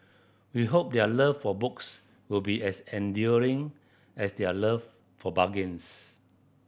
we hope their love for books will be as enduring as their love for bargains